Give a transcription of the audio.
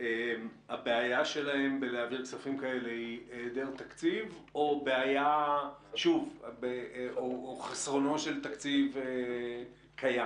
הבעיה שלהם בהעברת כספים כאלה היא היעדר תקציב או חסרונו של תקציב קיים?